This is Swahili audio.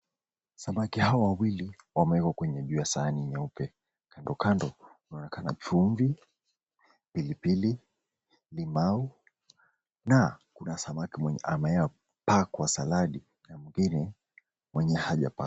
Samaki hawa wawili wamewekwa kwenye juu ya sahani nyeupe. Kandokando kunaonekana chumvi, pilipili, limau na kuna samaki mwenye amepakwa saladi na mwingine mwenye hajapakwa.